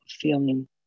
feeling